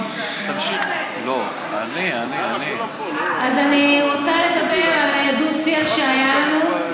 אז אני רוצה לדבר על דו-שיח שהיה לנו,